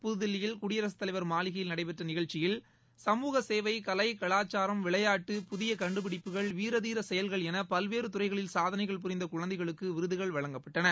புதுதில்லியில் குடியரசுத் தலைவர் மாளிகையில் நடைபெற்ற நிகழ்ச்சியில் சமூகசேவை கலை கலாச்சாரம் விளையாட்டு புதிய கண்டுபிடிப்புகள் வீரதீர செயல்கள் என பல்வேறு துறைகளில் சாதனைகள் புரிந்த குழந்தைகளுக்கு விருதுகள் வழங்கப்பட்டன